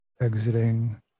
exiting